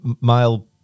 mile